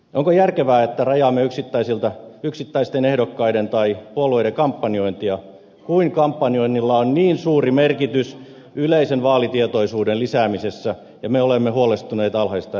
onko järkevää että rajaamme yksittäisten ehdokkaiden tai puolueiden kampanjointia kun kampanjoinnilla on valtavan suuri merkitys yleisen vaalitietoisuuden lisäämisessä ja me olemme huolestuneita alhaisista äänestysprosenteista